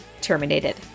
terminated